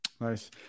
Nice